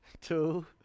two